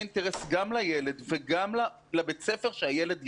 אינטרס גם לילד וגם לבית הספר שהילד יחזור.